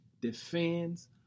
defends